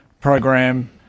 program